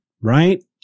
right